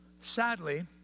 Sadly